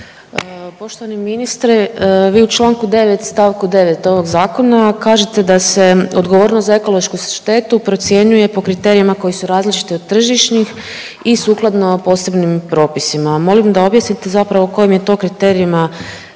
Poštovani ministre, vi u Članku 9. stavku 9. ovog zakona kažete da se odgovornost za ekološku štetu procjenjuje po kriterijima koji su različiti od tržišnih i sukladno posebni propisima. Molim da objasnite zapravo o kojim je to kriterijima